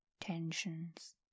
tensions